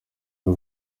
y’u